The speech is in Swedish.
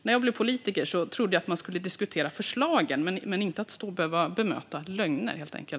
När jag blev politiker trodde jag att man skulle diskutera förslagen men inte behöva stå och bemöta lögner.